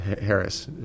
Harris